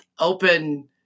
Open